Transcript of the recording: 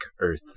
earth